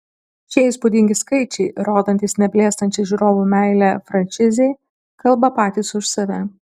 šie įspūdingi skaičiai rodantys neblėstančią žiūrovų meilę frančizei kalba patys už save